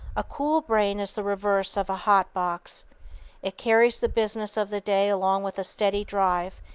a cool brain is the reverse of a hot box it carries the business of the day along with a steady drive,